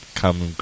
come